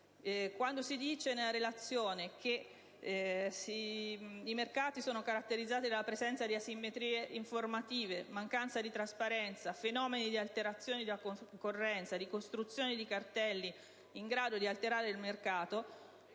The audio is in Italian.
formulazione della relazione. Si legge che i mercati sono caratterizzati dalla presenza di asimmetrie informative, da mancanza di trasparenza, da fenomeni di alterazione della concorrenza e di costruzione di cartelli in grado di alterarla.